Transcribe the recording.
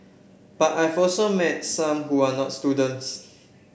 but I've also met some who are not students